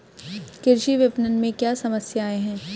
कृषि विपणन में क्या समस्याएँ हैं?